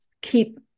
keep